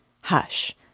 Hush